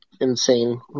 insane